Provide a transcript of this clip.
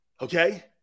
Okay